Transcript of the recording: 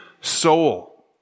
soul